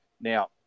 Now